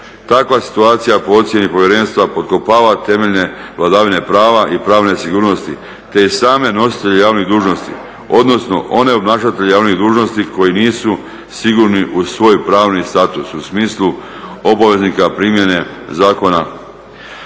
Takva situacija po ocjeni povjerenstva potkova temeljne vladavine prava i pravne sigurnosti te i same nositelje javnih dužnosti odnosno one obnašatelje javnih dužnosti koji nisu sigurni u svoj pravni status u smislu obaveznika primjene zakona